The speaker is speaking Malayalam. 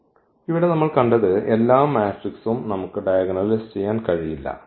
അതിനാൽ ഇവിടെ നമ്മൾ കണ്ടത് എല്ലാ മാട്രിക്സും നമുക്ക് ഡയഗണലൈസ് ചെയ്യാൻ കഴിയില്ല